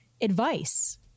advice